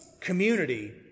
community